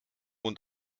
und